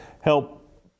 help